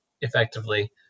effectively